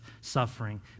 suffering